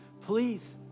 Please